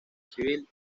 civil